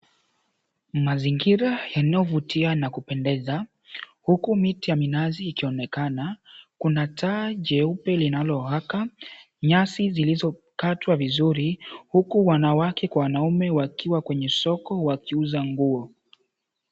Mazingira yanayovutia na kupendeza, huku miti ya minazi ikionekana. Kuna taa jeupe linalowaka, nyasi zilizokatwa vizuri huku wanawake kwa wanaume wakiwa kwenye soko wakiuza nguo.